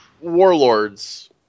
Warlords –